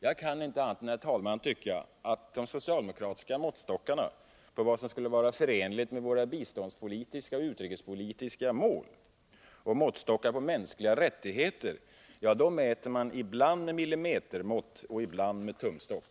Jag kan inte annat, herr talman, än tycka att socialdemokraternas måttstockar för vad som skulle vara förenligt med våra biståndspolitiska och utrikespolitiska mål och deras måttstockar för mänskliga rättigheter är olika — ibland mäter man med millimetermått och ibland med tumstock.